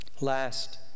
Last